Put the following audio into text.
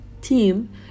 team